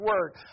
Word